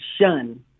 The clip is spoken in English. shun